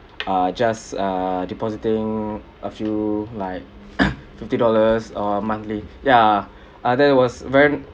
uh just uh depositing a few like fifty dollars uh monthly yeah ah that was very